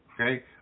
okay